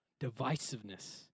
divisiveness